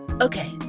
Okay